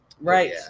Right